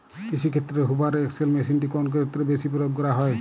কৃষিক্ষেত্রে Hoover XL মেশিনটি কোন ক্ষেত্রে বেশি প্রয়োগ করা হয়?